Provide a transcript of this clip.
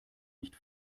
nicht